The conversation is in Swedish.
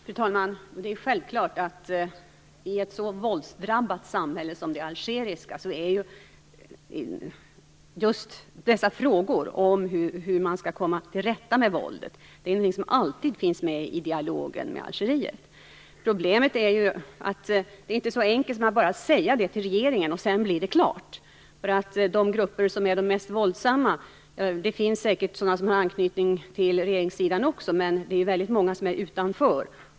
Fru talman! Det är självklart att i ett så våldsdrabbat samhälle som det algeriska är just frågorna om hur man skall komma till rätta med våldet något som alltid finns med i dialogen med Algeriet. Problemet är att det inte är så enkelt att man bara kan säga det till regeringen och att det därmed är klart. Bland de grupper som är våldsammast finns det säkert sådana som har anknytning till regeringssidan också, men väldigt många står utanför.